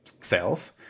sales